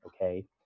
Okay